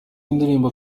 w’indirimbo